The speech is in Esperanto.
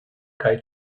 kaj